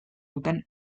duten